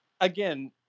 Again